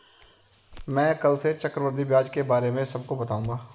मैं कल से चक्रवृद्धि ब्याज के बारे में सबको बताऊंगा